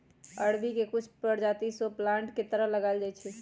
अरबी के कुछ परजाति शो प्लांट के तरह लगाएल जाई छई